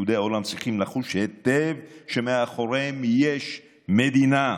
יהודי העולם צריכים לחוש היטב שמאחוריהם יש מדינה,